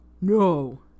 no